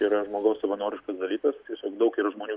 yra žmogaus savanoriškas dalykas tiesiog daug yra žmonių